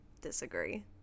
Disagree